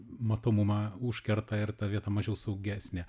matomumą užkerta ir ta vieta mažiau saugesnė